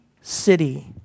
city